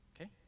Okay